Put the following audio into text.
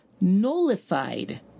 nullified